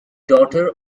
daughter